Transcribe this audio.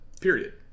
period